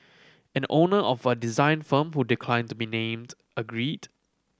an owner of a design firm who declined to be named agreed